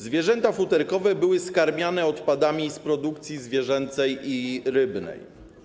Zwierzęta futerkowe były skarmiane odpadami z produkcji zwierzęcej i rybnej.